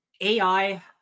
ai